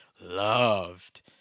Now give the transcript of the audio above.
loved